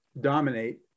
dominate